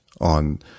on